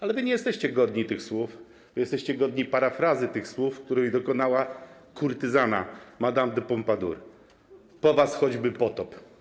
Ale wy nie jesteście godni tych słów, jesteście godni parafrazy tych słów, których dokonała kurtyzana Madame de Pompadour: Po was choćby potop.